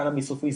קנביס רפואי,